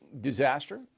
disaster